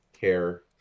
care